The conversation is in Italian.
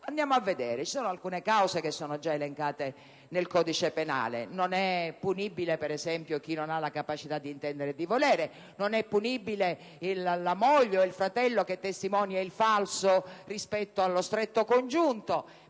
Andiamo a vedere. Alcune cause sono già elencate nel codice penale. Non è punibile, per esempio, chi non ha la capacità di intendere e di volere, oppure la moglie o il fratello che testimonia il falso rispetto allo stretto congiunto.